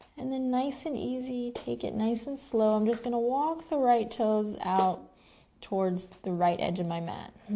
and then nice and easy, take it nice and slow. i'm just going to walk the right toes out towards the right edge of my mat.